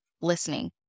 listening